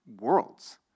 worlds